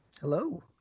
Hello